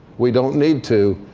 we don't need to.